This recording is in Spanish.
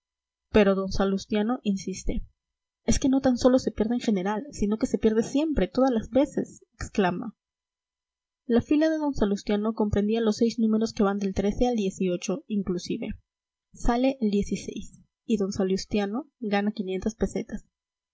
pero d salustiano insiste es que no tan sólo se pierde en general sino que se pierde siempre todas las veces exclama la fila de d salustiano comprendía los seis números que van del al inclusive sale el y d salustiano gana pesetas